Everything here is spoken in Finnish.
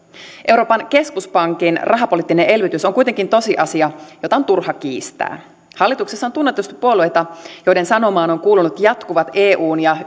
euroopan keskuspankin rahapoliittinen elvytys on kuitenkin tosiasia jota on turha kiistää hallituksessa on tunnetusti puolueita joiden sanomaan on kuulunut jatkuva eun ja